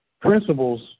Principles